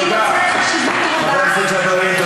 שהיועץ המשפטי לממשלה, תודה, חבר הכנסת ג'בארין.